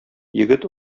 егет